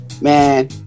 Man